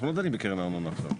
אנחנו לא דנים בקרן הארנונה עכשיו.